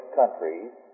countries